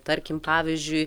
tarkim pavyzdžiui